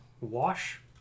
wash